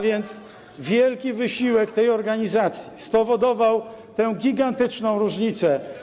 Wielki wysiłek tej organizacji spowodował tę gigantyczną różnicę.